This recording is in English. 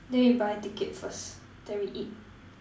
then you buy ticket first then we eat